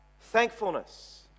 thankfulness